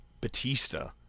Batista